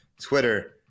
Twitter